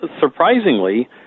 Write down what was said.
surprisingly